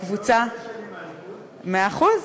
הוא הרבה שנים מהליכוד, מאה אחוז,